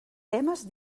temes